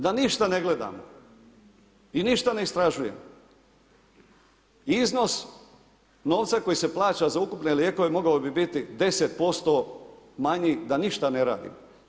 Da ništa ne gledamo i ništa ne istražujemo iznos novca koji se plaća za ukupne lijekove mogao bi biti 10% manji da ništa ne radimo.